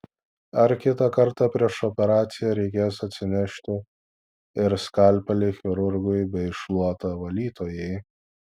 ar kitą kartą prieš operaciją reikės atsinešti ir skalpelį chirurgui bei šluotą valytojai